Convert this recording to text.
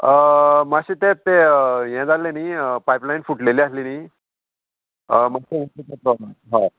मातशें तेंच तें हें जाल्लें न्ही पायपलायन फुटलेली आहलेली मातशें प्रोब्लम हय